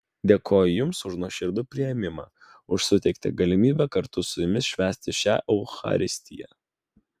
dėkoju jums už nuoširdų priėmimą už suteiktą galimybę kartu su jumis švęsti šią eucharistiją